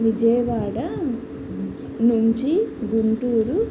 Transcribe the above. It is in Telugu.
విజయవాడ నుంచి గుంటూరు